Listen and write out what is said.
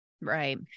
Right